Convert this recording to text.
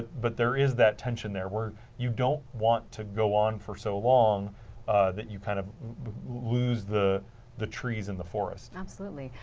but, there is that tension there, you don't want to go on for so long that you kind of lose the the trees in the forest. absolutely.